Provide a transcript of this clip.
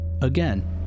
Again